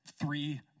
three